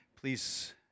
please